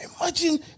Imagine